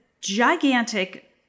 gigantic